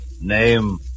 Name